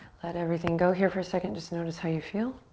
let everything go here for a second. just notice how you feel.